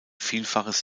vielfaches